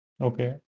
Okay